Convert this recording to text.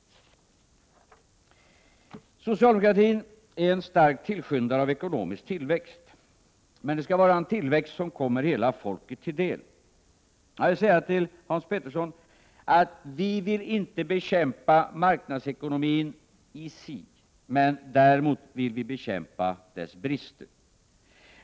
Socialdemokratin är en stark tillskyndare av ekonomisk tillväxt — men de skall vara en tillväxt som kommer hela folket till del. Jag vill säga till Han: Petersson i Hallstahammar att vi inte vill bekämpa marknadsekonomin i sig men däremot vill vi bekämpa dess brister.